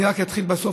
אני רק אתחיל בסוף,